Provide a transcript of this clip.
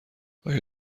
آیا